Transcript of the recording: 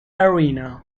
arena